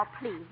please